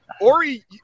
Ori